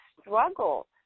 struggle